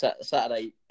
Saturday